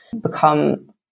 become